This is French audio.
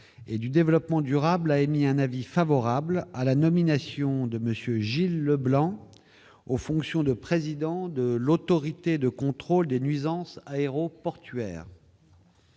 et du développement durable, a émis un avis favorable à la nomination de Monsieur Gilles Leblanc, aux fonctions de président de l'Autorité de contrôle des nuisances aéroportuaires.